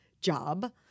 job